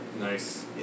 Nice